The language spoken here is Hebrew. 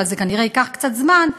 אבל זה כנראה ייקח קצת זמן,